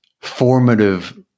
formative